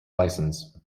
licence